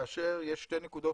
כאשר יש שתי נקודות